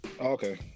Okay